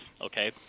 okay